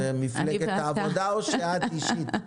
זה מפלגת העבודה או שאת אישית?